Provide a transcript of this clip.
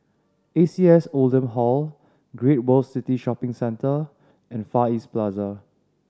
A C S Oldham Hall Great World City Shopping Centre and Far East Plaza